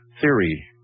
theory